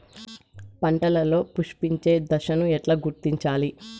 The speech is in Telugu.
పంటలలో పుష్పించే దశను ఎట్లా గుర్తించాలి?